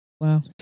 Wow